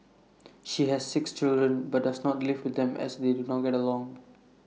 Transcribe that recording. she has six children but does not live with them as they do not get along